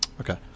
Okay